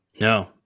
No